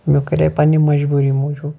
مےٚ کَرے پَںٕنہِ مَجبوٗرِ موٗجوٗب